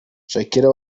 shakira